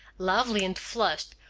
lovely and flushed,